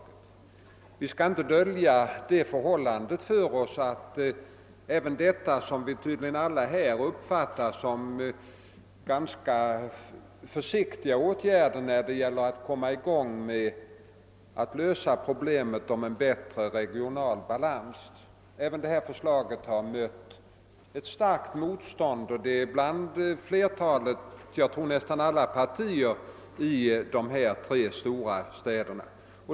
Vi skall inte dölja för oss att även de nu föreslagna åtgärderna, som vi tydligen alla här uppfattar som ganska försiktiga åtgärder när det gäller att komma i gång med att lösa problemet om en bättre regional balans, har mött ett starkt motstånd bland, tror jag, alla partier i dessa tre stora städer.